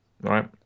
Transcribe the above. right